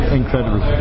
incredible